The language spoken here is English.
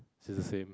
she's the same